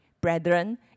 brethren